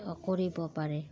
কৰিব পাৰে